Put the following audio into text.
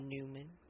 Newman